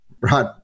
right